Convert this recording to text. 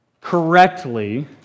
correctly